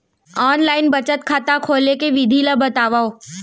Online बचत खाता खोले के विधि ला बतावव?